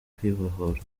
kwibohora